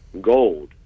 gold